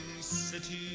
city